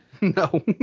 No